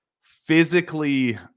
physically